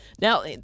Now